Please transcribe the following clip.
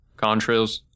contrails